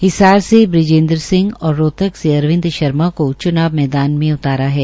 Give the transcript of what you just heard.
हिसार से विजेन्द्र सिंह और रोहतक से अरविंद शर्मा को चुनाव मैदान उतारा है